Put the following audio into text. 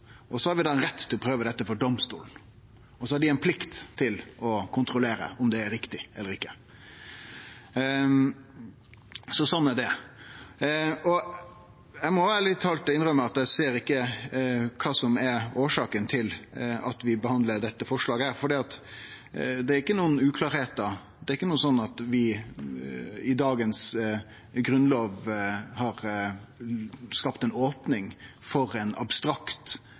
har ein rett til å prøve dette for domstolane, og dei har ei plikt til å kontrollere om det er riktig eller ikkje – slik er det. Eg må ærleg talt innrømme at eg ikkje ser kva som er årsaka til at vi behandlar dette forslaget, for det er ikkje noko som er uklart. Det er ikkje slik at vi i dagens grunnlov har skapt ei opning for ein abstrakt